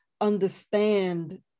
understand